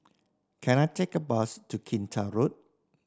can I take a bus to Kinta Road